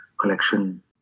collection